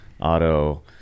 auto